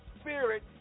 spirit